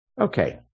Okay